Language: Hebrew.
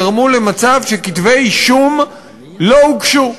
גרמו למצב שכתבי-אישום לא הוגשו.